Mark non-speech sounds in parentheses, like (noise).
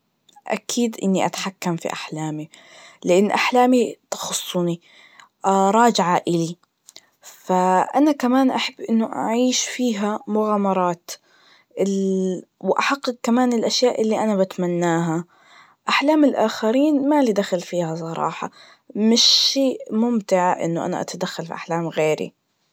أكيد إني أتحكم في أحلامي, لأن أحلامي تخصي, (hesitation) راجعة إلي, ف (hesitation) أنا كمان أحب إنه أعيش فيها مغامرات, ال (hesitation) وأحقق كمان الأشياء اللي أنا بتمناها, أحلام الآخرين مالي دخل فيها بصراحة, مش شيء ممتع إنه أنا أتدخل في أحلام غيري.